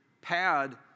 pad